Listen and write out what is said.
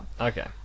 Okay